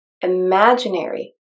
Imaginary